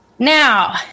Now